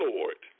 Lord